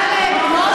טלב,